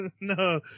No